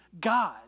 God